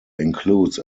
includes